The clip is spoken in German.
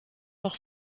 noch